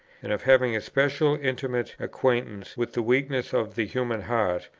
and of having a specially intimate acquaintance with the weaknesses of the human heart,